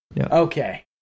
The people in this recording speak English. Okay